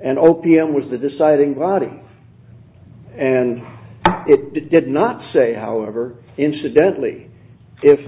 and o p m was the deciding body and it did not say however incidentally if